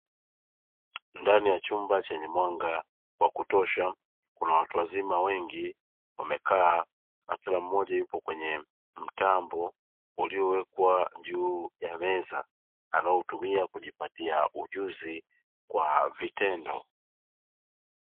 Ndani ya chumba chenyie wanga wa kutosha kuna watu wazima wengi wamekaa na kila mmoja yupo kwenye mtambo uliowekwa juu ya meza anaotumia kujipatia ujuzi kwa vitendo.